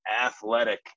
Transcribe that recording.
athletic